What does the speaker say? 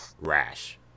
rash